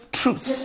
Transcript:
truth